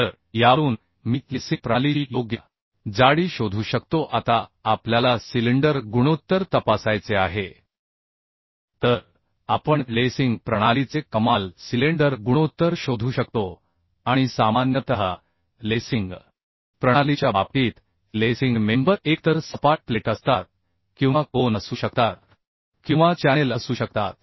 तर यावरून मी लेसिंग प्रणालीची योग्य जाडी शोधू शकतो आता आपल्याला सिलिंडर गुणोत्तर तपासायचे आहे तर आपण लेसिंग प्रणालीचे कमाल सिलेंडर गुणोत्तर शोधू शकतो आणि सामान्यतः लेसिंग प्रणालीच्या बाबतीत लेसिंग मेंबर एकतर सपाट प्लेट असतात किंवा कोन असू शकतात किंवा चॅनेल असू शकतात